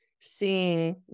seeing